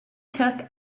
took